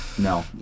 No